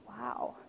wow